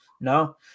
No